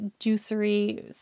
juicery